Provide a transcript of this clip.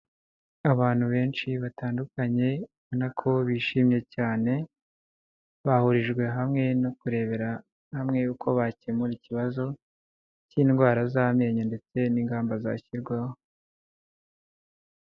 Abantu benshi batandukanye ubonako bishimye cyane, bahurijwe hamwe no kurebera hamwe uko bakemura ikibazo cy'indwara z'amenyo ndetse n'ingamba zashyirwaho.